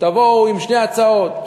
תבואו עם שתי הצעות.